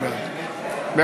אנחנו עוברים להצבעה.